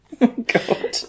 God